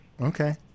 Okay